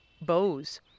bows